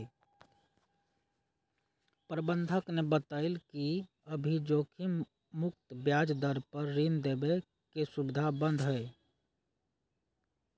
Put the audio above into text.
प्रबंधक ने बतल कई कि अभी जोखिम मुक्त ब्याज दर पर ऋण देवे के सुविधा बंद हई